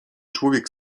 człowiek